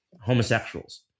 homosexuals